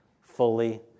fully